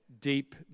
deep